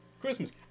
Christmas